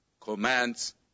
commands